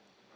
mm